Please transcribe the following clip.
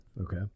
Okay